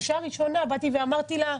בשעה הראשונה אמרתי לה: